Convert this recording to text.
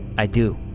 i do.